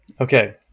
Okay